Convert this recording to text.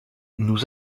nous